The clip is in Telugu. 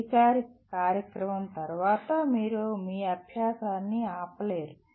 అధికారిక కార్యక్రమం తర్వాత మీరు మీ అభ్యాసాన్ని ఆపలేరు